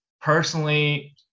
personally